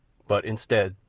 but, instead,